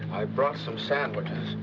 i brought some sandwiches.